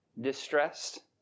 distressed